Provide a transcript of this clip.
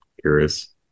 curious